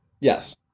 Yes